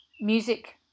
music